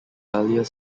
earlier